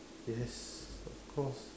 yes of course